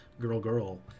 girl-girl